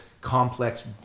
complex